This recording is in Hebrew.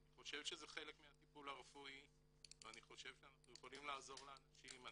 אני חושב שזה חלק מהטיפול הרפואי ואני חושב שאנחנו יכולים לעזור לאנשים.